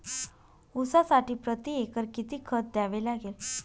ऊसासाठी प्रतिएकर किती खत द्यावे लागेल?